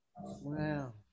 Wow